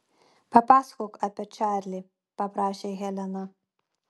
papasakok apie čarlį paprašė helena